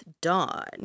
Dawn